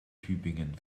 tübingen